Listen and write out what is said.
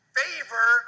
favor